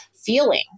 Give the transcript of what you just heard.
feeling